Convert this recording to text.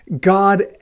God